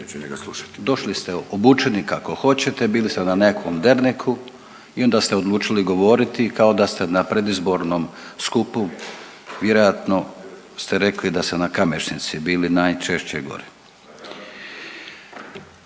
Došli ste obučeni kako hoćete, bili ste na nekakvom derneku i onda ste odlučili govoriti kao da ste na predizbornom skupu, vjerojatno ste rekli da ste na Kamešnici bili najčešće gore.